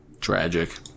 Tragic